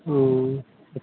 हाँ